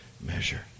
measure